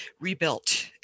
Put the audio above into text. rebuilt